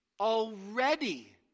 Already